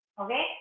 Okay